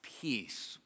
peace